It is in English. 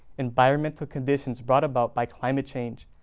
environmental conditions brought about by climate change.